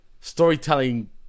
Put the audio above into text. storytelling